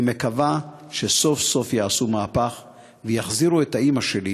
אני מקווה שסוף-סוף יעשו מהפך ויחזירו את אימא שלי,